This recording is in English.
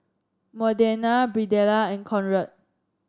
Modena Birdella and Conrad